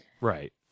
Right